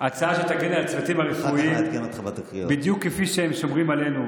ההצעה הזו תגן על הצוותים הרפואיים בדיוק כפי שהם שומרים עלינו.